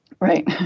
Right